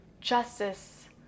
justice